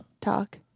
talk